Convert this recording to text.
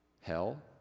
hell